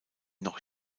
noch